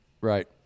Right